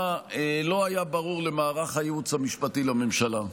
לא היה ברור למערך הייעוץ המשפטי לממשלה.